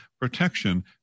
protection